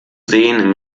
seen